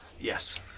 Yes